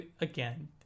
again